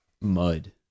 mud